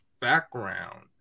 background